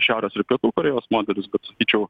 šiaurės ir pietų korėjos modelis bet sakyčiau